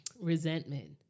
resentment